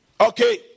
Okay